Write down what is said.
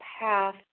path